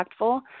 impactful